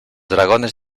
dragones